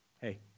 hey